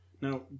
Now